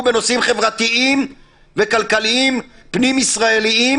בנושאים חברתיים וכלכליים פנים ישראלים,